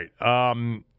right